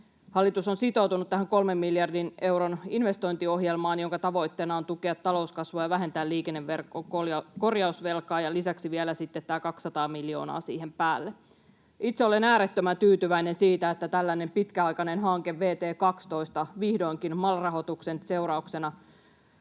Hallitus on sitoutunut tähän kolmen miljardin euron investointiohjelmaan, jonka tavoitteena on tukea talouskasvua ja vähentää liikenneverkon korjausvelkaa, ja lisäksi on vielä sitten tämä 200 miljoonaa siihen päälle. Itse olen äärettömän tyytyväinen siitä, että tällainen pitkäaikainen hanke, vt 12, vihdoinkin MAL-rahoituksen seurauksena